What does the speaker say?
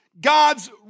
God's